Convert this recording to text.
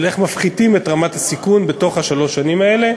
איך מפחיתים את רמת הסיכון בתוך שלוש השנים האלה,